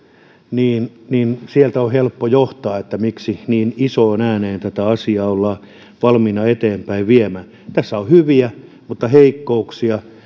niin niin sieltä on helppo johtaa miksi niin isoon ääneen tätä asiaa ollaan valmiita eteenpäin viemään tässä on hyviä asioita mutta myös heikkouksia